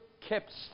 kept